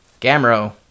Gamro